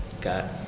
got